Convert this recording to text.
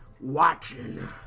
Watching